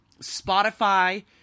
Spotify